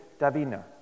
Davina